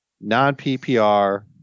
non-PPR